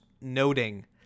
noting